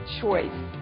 choice